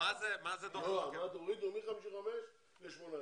לא, אמרת שהורידו מ-55 ל-18.